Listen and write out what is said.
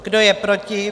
Kdo je proti?